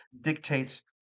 dictates